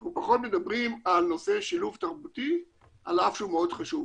אנחנו פחות מדברים על נושא של שילוב תרבותי על אף שהוא מאוד חשוב.